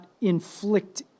inflict